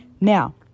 Now